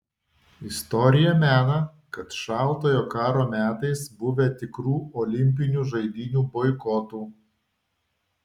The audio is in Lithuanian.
istorija mena kad šaltojo karo metais buvę tikrų olimpinių žaidynių boikotų